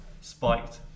spiked